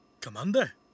Commander